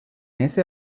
ese